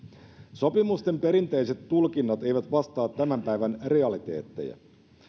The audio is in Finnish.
sopimusten perinteiset tulkinnat eivät vastaa tämän päivän realiteetteja